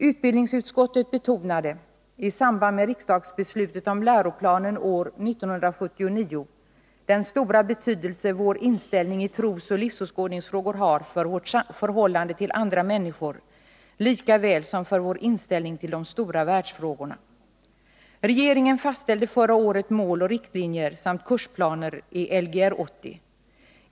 Utbildningsutskottet betonade, i samband med riksdagsbeslutet om läroplanen år 1979, den stora betydelse vår inställning i trosoch livsåskådningsfrågor har för vårt förhållande till andra människor, likaväl som för vår inställning till de stora världsfrågorna. Regeringen fastställde förra året mål och riktlinjer samt kursplaner i Ler 80.